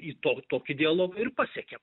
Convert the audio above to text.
į tok tokį dialogą ir pasiekiam